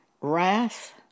wrath